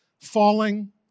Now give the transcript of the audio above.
falling